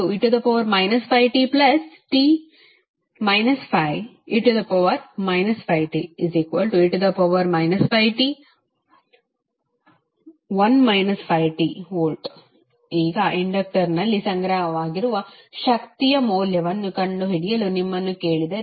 1ddt10te 5te 5tt 5e 5t e 5tV ಈಗ ಇಂಡಕ್ಟರ್ನಲ್ಲಿ ಸಂಗ್ರಹವಾಗಿರುವ ಶಕ್ತಿಯ ಮೌಲ್ಯವನ್ನು ಕಂಡುಹಿಡಿಯಲು ನಿಮ್ಮನ್ನು ಕೇಳಿದರೆ